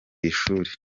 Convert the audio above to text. ishuri